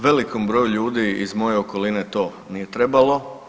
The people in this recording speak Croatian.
Velikom broju ljudi iz moje okoline to nije trebalo.